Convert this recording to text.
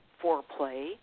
foreplay